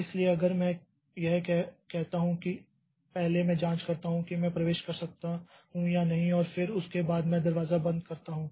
इसलिए अगर मैं यह कहता हूं कि पहले मैं जांच करता हूं कि मैं प्रवेश कर सकता हूं या नहीं और फिर उसके बाद मैं दरवाजा बंद करता हूं